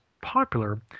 popular